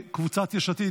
קבוצת יש עתיד,